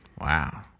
wow